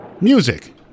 Music